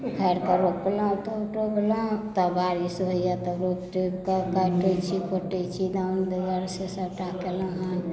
उखाड़िके रोपलहुँ ओतऽ टोभलहुँ तऽ बारिश होइए तऽ कटय छी दाउन दुआरिसँ सबटा कयलहु हन